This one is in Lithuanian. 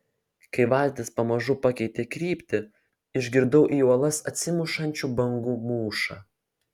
kai valtis pamažu pakeitė kryptį išgirdau į uolas atsimušančių bangų mūšą